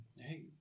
Hey